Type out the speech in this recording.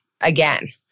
again